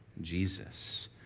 Jesus